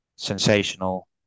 sensational